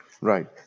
Right